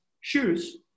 shoes